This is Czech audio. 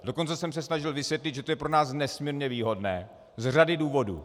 Dokonce jsem se snažil vysvětlit, že to je pro nás nesmírně výhodné z řady důvodů.